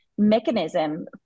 mechanism